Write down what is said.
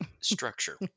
structure